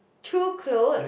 through clothes